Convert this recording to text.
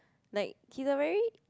like he's a very